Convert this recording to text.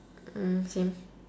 mm same